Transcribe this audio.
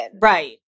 Right